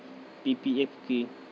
PPF কি?